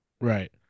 right